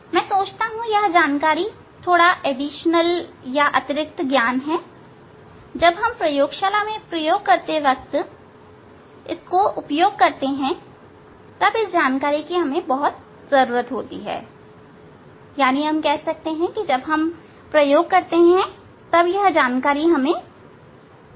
मैं सोचता हूं कि यह जानकारी अतिरिक्त ज्ञान है जब हम प्रयोगशाला में प्रयोग करते वक्त करते हैं तब हमें इस जानकारी की आवश्यकता होती है परंतु हमें इस जानकारी को प्रयोगशाला में जरूर उपयोग करना चाहिए